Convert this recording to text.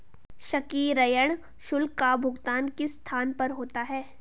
सक्रियण शुल्क का भुगतान किस स्थान पर होता है?